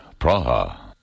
Praha